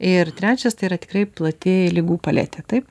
ir trečias tai yra tikrai plati ligų paletė taip